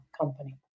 company